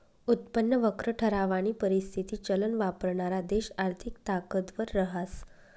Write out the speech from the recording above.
उत्पन्न वक्र ठरावानी परिस्थिती चलन वापरणारा देश आर्थिक ताकदवर रहास